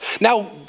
Now